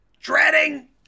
dreading